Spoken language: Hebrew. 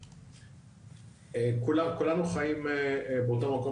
כולנו חיים באותו מקום,